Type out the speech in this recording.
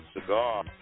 Cigar